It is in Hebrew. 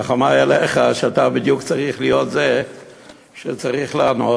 רחמי עליך שאתה בדיוק צריך להיות זה שצריך לענות.